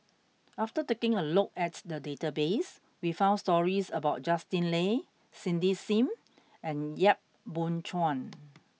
after taking a look at the database we found stories about Justin Lean Cindy Sim and Yap Boon Chuan